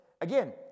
again